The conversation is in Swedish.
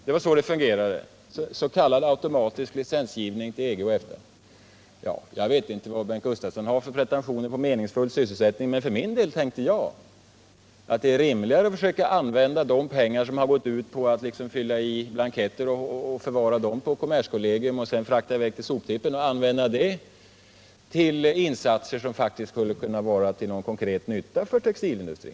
Det var så det fungerade, och det var s.k. automatisk licensgivning för EG och EFTA. Jag vet inte vilka pretentioner Bengt Gustavsson har på meningsfull sysselsättning, men jag tycker för min del att det är rimligare att försöka använda de pengar som går åt för att fylla i blanketter, förvara dem på kommerskollegium och sedan frakta i väg dem till soptippen till insatser som faktiskt skulle kunna bli till någon konkret nytta för textilindustrin.